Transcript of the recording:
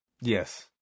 Yes